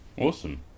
Awesome